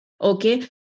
okay